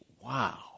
Wow